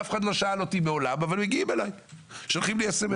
אף אחד מעולם לא שאל אותי אבל מגיעים אלי ושולחים לי סמס.